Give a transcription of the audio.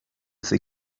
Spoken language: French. ses